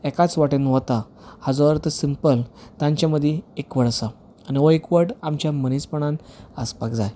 एकाच वाटेन वता हाजो अर्थ सिंपल तांच्या मदीं एकवट आसा आनी हो एकवट आमच्या मनीसपणान आसपाक जाय